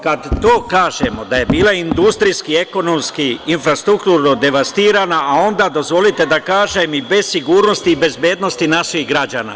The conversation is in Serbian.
Kada to kažemo da je bila industrijski, ekonomski, infrastrukturno devastirana, a onda dozvolite da kažem i bez sigurnosti, bezbednosti naših građana.